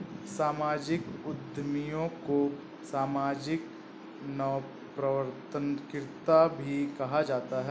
सामाजिक उद्यमियों को सामाजिक नवप्रवर्तनकर्त्ता भी कहा जाता है